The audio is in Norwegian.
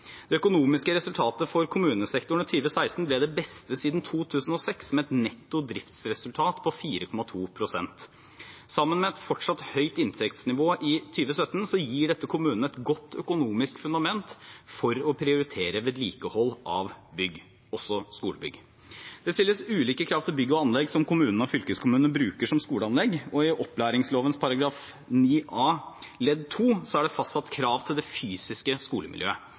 ble det beste siden 2006, med et netto driftsresultat på 4,2 pst. Sammen med et fortsatt høyt inntektsnivå i 2017 gir dette kommunene et godt økonomisk fundament for å prioritere vedlikehold av bygg, også skolebygg. Det stilles ulike krav til bygg og anlegg som kommunene og fylkeskommunene bruker som skoleanlegg, og i opplæringsloven § 9a andre ledd er det fastsatt krav til det fysiske skolemiljøet.